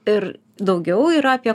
ir daugiau yra apie